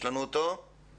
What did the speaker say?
(מוקרן סרטון).